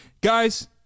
Guys